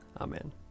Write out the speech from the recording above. Amen